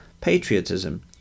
patriotism